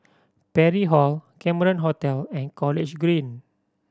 Parry Hall Cameron Hotel and College Green